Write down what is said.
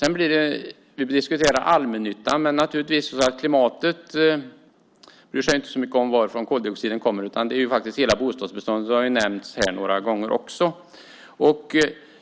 Vi diskuterar allmännyttan, men naturligtvis bryr sig klimatet inte så mycket om varifrån koldioxiden kommer. Det gäller ju hela bostadsbeståndet, vilket har nämnts några gånger här också.